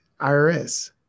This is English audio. IRS